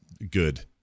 good